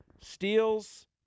steals